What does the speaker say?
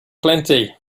plenty